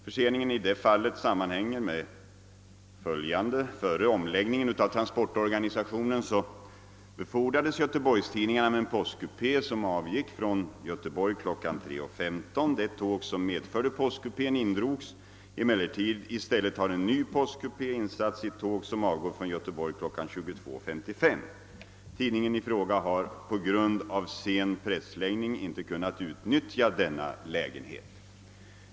Förseningen i detta fall sammanhänger med följande omständigheter: Före omläggningen av transportorganisationen befordrades göteborgstidningarna med en postkupé som avgick från Göteborg kl. 3.15. Det tåg som medförde postkupén indrogs emellertid. I stället har en ny postkupé insatts i ett tåg som avgår från Göteborg kl. 22.55. Tidningen i fråga har på grund av sen pressläggning inte kunnat utnyttja denna lägenhet.